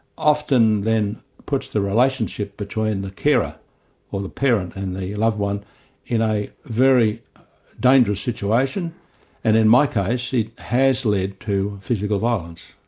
often then puts the relationship between the carer or the parent and the loved one in a very dangerous situation and in my case it has led to physical violence.